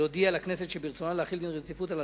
להודיע לכנסת שברצונה להחיל דין רציפות על